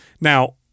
Now